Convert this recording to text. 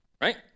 right